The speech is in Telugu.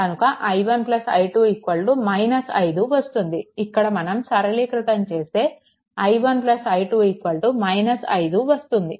కనుక i1 i2 5 వస్తుంది ఇక్కడ మనం సరళీకృతం చేస్తే i1 i2 5 వస్తుంది